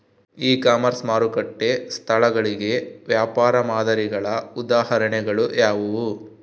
E commerce ಮಾರುಕಟ್ಟೆ ಸ್ಥಳಗಳಿಗೆ ವ್ಯಾಪಾರ ಮಾದರಿಗಳ ಉದಾಹರಣೆಗಳು ಯಾವುವು?